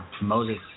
Moses